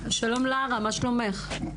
שלום לרה, מה שלומך?